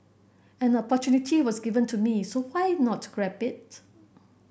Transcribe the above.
an opportunity was given to me so why not grab it